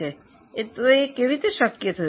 એ કેવી રીતે શક્ય થયું